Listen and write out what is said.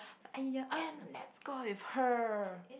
!aiya! can let's go out with her